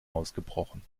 ausgebrochen